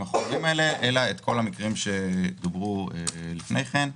החומרים האלה אלא את כל המקרים עליהם דובר קודם לכן.